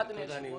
ברשותכם אני